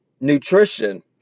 nutrition